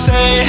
Say